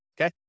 Okay